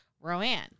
Roanne